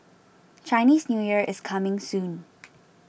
Chinese New Year is coming soon